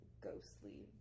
ghostly